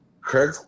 craig